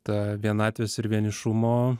tą vienatvės ir vienišumo